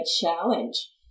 challenge